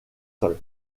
sol